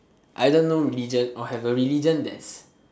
either no religion or have a religion that's